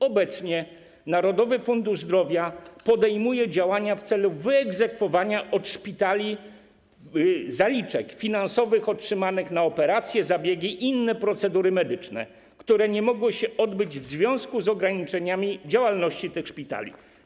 Obecnie Narodowy Fundusz Zdrowia podejmuje działania w celu wyegzekwowania od szpitali zaliczek finansowych otrzymanych na operacje, zabiegi i inne procedury medyczne, które nie mogły się odbyć w związku z ograniczeniami działalności tych szpitali.